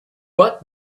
but